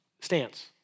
stance